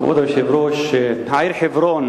כבוד היושב-ראש, העיר חברון